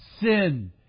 sin